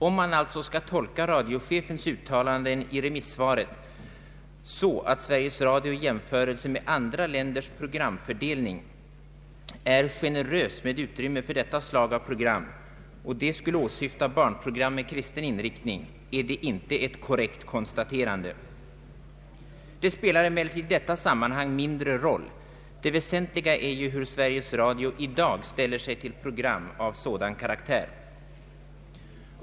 Om man alltså skall tolka radiochefens uttalanden i remissvaret så att Sveriges Radio i jämförelse med andra länders programfördelning är generös med utrymmet för detta slags program — och det skulle åsyfta barnprogram med kristen inriktning — är det inte ett korrekt konstaterande. Det spelar emellertid i detta sammanhang mindre roll — det väsentliga är hur Sveriges Radio i dag ställer sig till program av sådan karaktär.